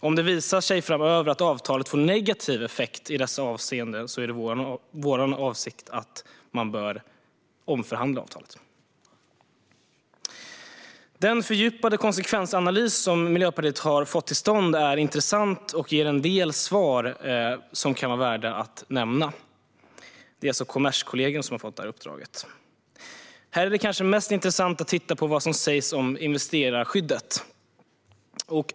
Om det framöver visar sig att avtalet får negativ effekt i dessa avseenden är vår åsikt att man bör omförhandla det. Den fördjupade konsekvensanalys som Miljöpartiet har fått till stånd är intressant och ger en del svar som kan vara värda att nämna. Det är Kommerskollegium som har fått detta uppdrag. Det är kanske mest intressant att titta på vad som sägs om investerarskyddet.